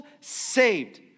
saved